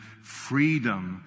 freedom